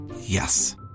Yes